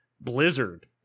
Blizzard